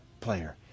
player